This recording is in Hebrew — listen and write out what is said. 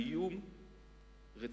האיום רציני.